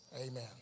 Amen